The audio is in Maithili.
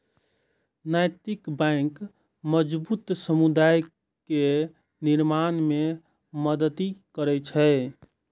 नैतिक बैंक मजबूत समुदाय केर निर्माण मे मदति करै छै